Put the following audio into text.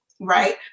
right